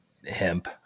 hemp